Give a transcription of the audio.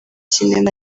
cinema